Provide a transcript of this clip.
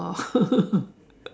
oh